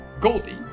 Goldie